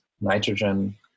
nitrogen